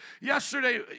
Yesterday